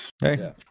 hey